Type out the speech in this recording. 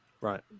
right